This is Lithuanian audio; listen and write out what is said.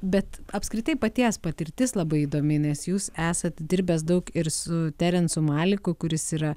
bet apskritai paties patirtis labai įdomi nes jūs esat dirbęs daug ir su terensu maliku kuris yra